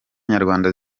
nyarwanda